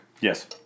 Yes